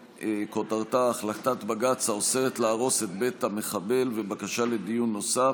כותרתה: החלטת בג"ץ האוסרת להרוס את בית המחבל ובקשה לדיון נוסף,